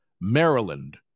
Maryland